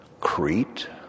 Crete